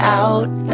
out